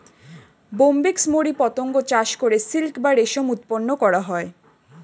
Bombyx mori পতঙ্গ চাষ করে সিল্ক বা রেশম উৎপন্ন করা হয়